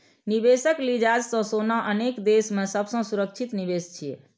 निवेशक लिजाज सं सोना अनेक देश मे सबसं सुरक्षित निवेश छियै